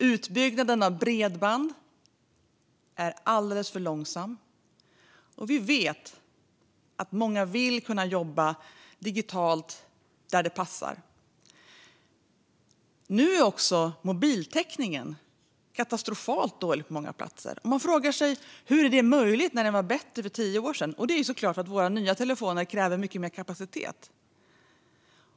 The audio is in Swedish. Utbyggnaden av bredband går alldeles för långsamt. Vi vet att många vill kunna jobba digitalt där det passar. Nu är också mobiltäckningen katastrofalt dålig på många platser. Man frågar sig hur detta är möjligt när den var bättre för tio år sedan. Det beror såklart på att våra nya telefoner kräver mycket mer kapacitet.